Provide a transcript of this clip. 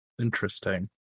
Interesting